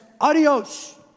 Adios